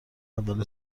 اول